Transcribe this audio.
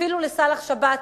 אפילו בתקופה של סאלח שבתי